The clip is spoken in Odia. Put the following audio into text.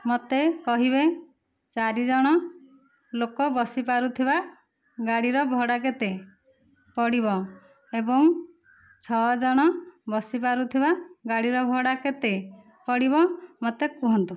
ମୋତେ କହିବେ ଚାରି ଜଣ ଲୋକ ବସିପାରୁଥିବା ଗାଡ଼ିର ଭଡ଼ା କେତେ ପଡ଼ିବ ଏବଂ ଛଅ ଜଣ ବସିପାରୁଥିବା ଗାଡ଼ିର ଭଡ଼ା କେତେ ପଡ଼ିବ ମୋତେ କୁହନ୍ତୁ